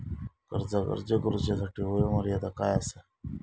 कर्जाक अर्ज करुच्यासाठी वयोमर्यादा काय आसा?